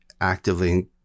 actively